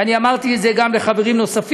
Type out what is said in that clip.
ואני אמרתי את זה גם לחברים נוספים,